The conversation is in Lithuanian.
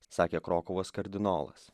sakė krokuvos kardinolas